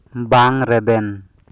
ᱵᱟᱝ ᱨᱮᱵᱮᱱ